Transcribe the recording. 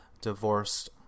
divorced